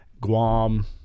Guam